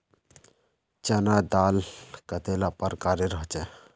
चना या दाल कतेला प्रकारेर होचे?